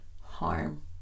harm